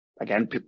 Again